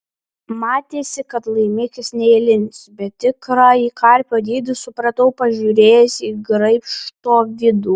matėsi kad laimikis neeilinis bet tikrąjį karpio dydį supratau pažiūrėjęs į graibšto vidų